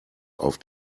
auf